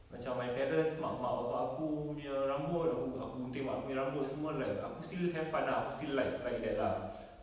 macam my parents mak mak bapa aku punya rambut aku aku gunting mak aku punya rambut semua like aku still have fun ah aku still like like that lah